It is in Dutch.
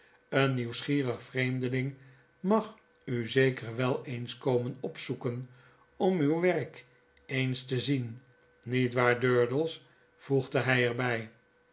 een nieuwsgierig vreemdeling mag u zeker wel eens komen opzoeken om uw werk eens te zien niet waar durdels voegde hy er